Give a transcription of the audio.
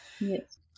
Yes